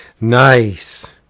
Nice